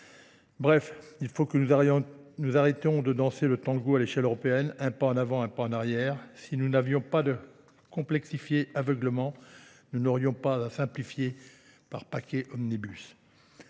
Bref, il faut que nous arrêtions de danser le tango à l'échelle européenne, un pas en avant, un pas en arrière. Si nous n'avions pas de complexifié aveuglement, nous n'aurions pas à simplifier par paquet omnibus.